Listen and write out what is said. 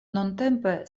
nuntempe